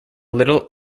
little